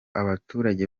abaturage